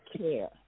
care